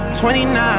29